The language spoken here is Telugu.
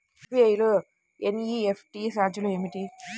ఎస్.బీ.ఐ లో ఎన్.ఈ.ఎఫ్.టీ ఛార్జీలు ఏమిటి?